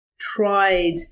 tried